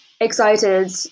excited